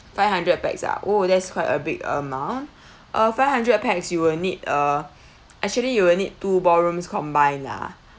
five hundred pax ah oh that's quite a big amount uh five hundred pax you will need uh actually you will need two ballrooms combined lah